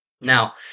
Now